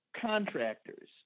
contractors